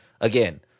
again